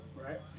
Right